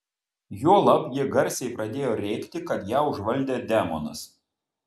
juolab ji garsiai pradėjo rėkti kad ją užvaldė demonas